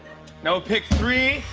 now, pick three,